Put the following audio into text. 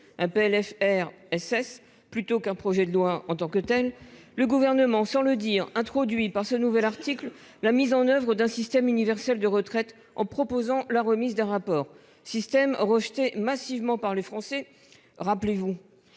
un PLFR SS plutôt qu'un projet de loi en tant que telle. Le gouvernement sur le dire introduit par ce nouvel article la mise en oeuvre d'un système universel de retraite en proposant la remise d'un rapport système rejeté massivement par les Français. Rappelez-vous,